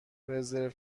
رزرو